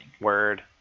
Word